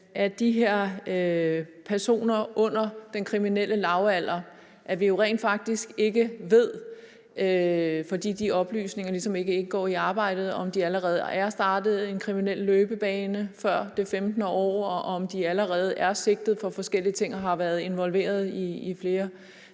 med de her personer under den kriminelle lavalder, i forhold til at vi jo rent faktisk ikke ved – fordi de oplysninger ligesom ikke indgår i arbejdet – om de allerede er startet på en kriminel løbebane før det 15. år, og om de allerede er sigtet for forskellige ting og har været involveret i flere